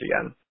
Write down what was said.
again